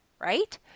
right